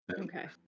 Okay